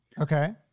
Okay